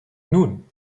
nun